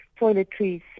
toiletries